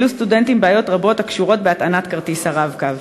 העלו סטודנטים בעיות רבות הקשורות בהטענת כרטיס ה"רב-קו".